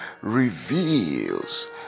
reveals